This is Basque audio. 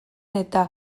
eta